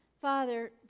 Father